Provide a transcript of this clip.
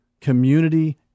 community